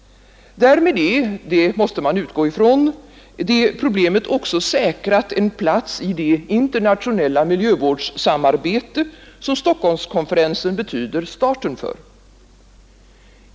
Därmed är, det måste man utgå från, problemet också tillförsäkrat en plats i det internationella miljövårdssamarbete som Stockholmskonferensen betyder starten för.